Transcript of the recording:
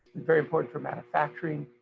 very important for manufacturing,